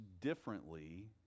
differently